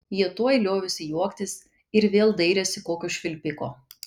jie tuoj liovėsi juoktis ir vėl dairėsi kokio švilpiko